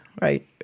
right